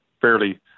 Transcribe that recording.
fairly